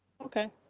okay